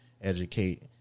educate